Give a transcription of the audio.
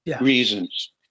reasons